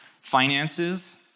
finances